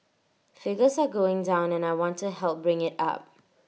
figures are going down and I want to help bring IT up